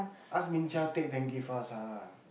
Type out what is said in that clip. ask Ming Qiao take then give us ah